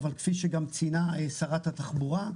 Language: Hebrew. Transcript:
אבל כפי שגם ציינה שרת התחבורה,